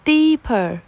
Deeper